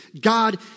God